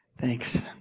Thanks